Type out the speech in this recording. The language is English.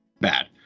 bad